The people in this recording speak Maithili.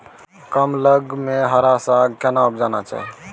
कम लग में हरा साग केना उपजाना चाही?